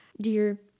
dear